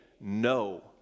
no